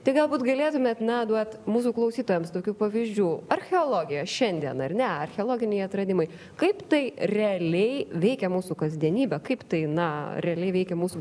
tai galbūt galėtumėt na duot mūsų klausytojams tokių pavyzdžių archeologija šiandien ar ne archeologiniai atradimai kaip tai realiai veikia mūsų kasdienybę kaip tai na realiai veikia mūsų